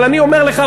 אבל אני אומר לך,